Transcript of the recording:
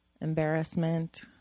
embarrassment